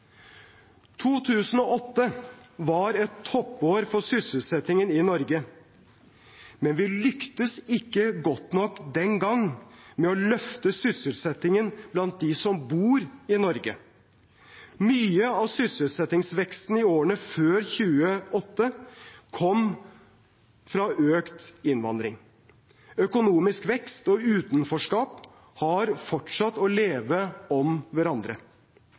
2008 var et toppår for sysselsettingen i Norge, men vi lyktes ikke godt nok den gang med å løfte sysselsettingen blant dem som bor i Norge. Mye av sysselsettingsveksten i årene før 2008 kom fra økt innvandring. Økonomisk vekst og utenforskap har fortsatt å leve om hverandre.